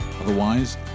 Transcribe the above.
Otherwise